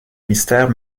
mystère